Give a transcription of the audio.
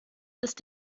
ist